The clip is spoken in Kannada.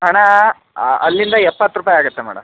ಹಣ ಅಲ್ಲಿಂದ ಎಪ್ಪತ್ತು ರೂಪಾಯಿ ಆಗುತ್ತೆ ಮೇಡಮ್